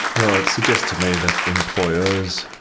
well, it suggests to me that employers,